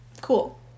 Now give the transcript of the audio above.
Cool